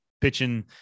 pitching